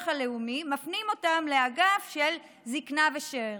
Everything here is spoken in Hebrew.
הלאומי מפנים אותם לאגף של זקנה ושאירים.